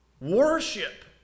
worship